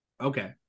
Okay